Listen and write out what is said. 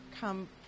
come